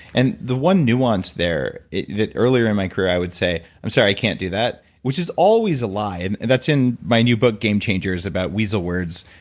and the one nuance there that earlier in my career i would say, i'm sorry, i can't do that. which is always a lie and that's in my new book, game changer is about weasel words.